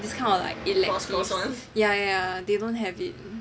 this kind of like electives yeah yeah they don't have it